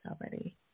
already